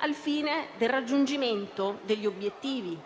al fine del raggiungimento degli obiettivi